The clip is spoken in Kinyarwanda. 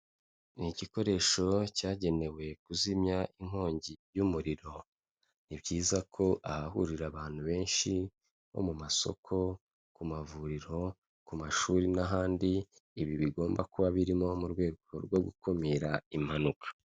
Ni igikoresho cyagenewe kuzimya inkongi y'umuriro, ni byiza ko ahahurira abantu benshi bo mu masoko, ku mavuriro, ku mashuri n'ahandi, ibi bigomba kuba birimo mu rwego rwo gukumira impanuka.